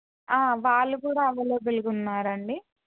వాళ్ళు కూడా అవైలబుల్గా ఉన్నారు అండి